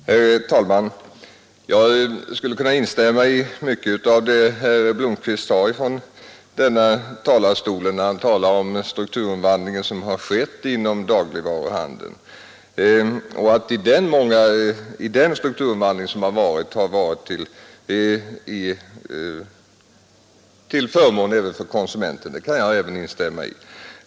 Herr talman! Jag skulle kunna instämma i mycket av vad herr Blomkvist sade då han talade om den strukturomvandling som skett inom dagligvaruhandeln. Att denna strukturomvandling varit till förmån även för konsumenten kan jag också instämma i.